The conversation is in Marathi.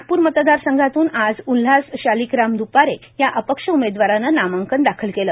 नागपूर मतदार संघातून आज उल्हास शालिकराम दुपारे या अपेक्ष उमेदवाराने नामांकन दाखल केलं